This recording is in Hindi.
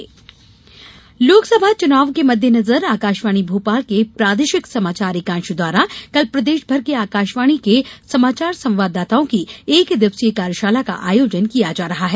आकाशवाणी कार्यशाला लोकसभा चुनाव के मददेनजर आकाशवाणी भोपाल के प्रादेशिक समाचार एकांश द्वारा कल प्रदेशभर के आकाशवाणी के समाचार संवाददाताओं की एकदिवसीय कार्यशाला का आयोजन किया जा रहा है